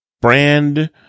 brand